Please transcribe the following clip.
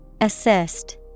Assist